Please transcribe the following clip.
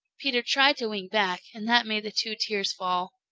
peter tried to wink back, and that made the two tears fall.